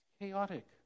Chaotic